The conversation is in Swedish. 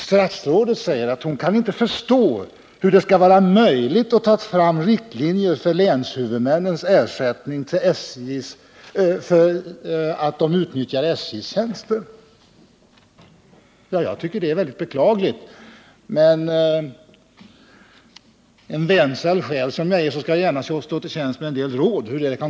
Statsrådet sade att hon inte kan förstå hur det kan vara möjligt att bestämma riktlinjer för hur länshuvudmännen skall kunna ersätta SJ för utnyttjandet av dess tjänster. Jag tycker att detta är mycket beklagligt. Som den vänsälla själ jag är skall jag gärna stå till tjänst med en del råd.